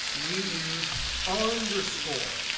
we use underscore.